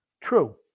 True